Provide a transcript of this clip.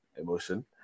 emotion